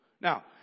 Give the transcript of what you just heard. Now